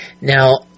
Now